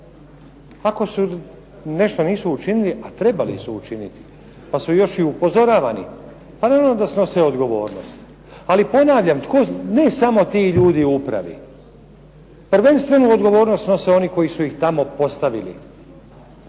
Ako su nešto nisu učinili a trebali su učiniti, pa su još i upozoravani pa naravno da snose odgovornost. Ali ponavljam, ne samo ti ljudi u upravi, prvenstvenu odgovornost snose oni koji su ih tamo postavili.